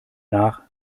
nach